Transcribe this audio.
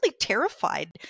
terrified